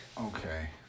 Okay